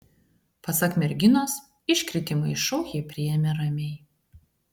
pasak merginos iškritimą iš šou ji priėmė ramiai